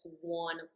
one